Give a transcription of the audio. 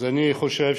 אז אני חושב,